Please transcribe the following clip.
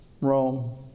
Rome